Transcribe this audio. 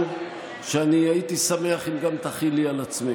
גם קריאה עשירית, מה זה משנה.